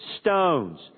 stones